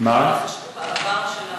נתחשב בהווה.